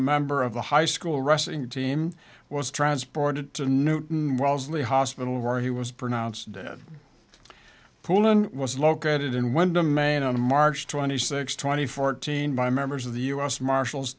member of the high school wrestling team was transported to newton wellesley hospital where he was pronounced dead pullen was located in wyndham maine on march twenty sixth twenty fourteen by members of the u s marshals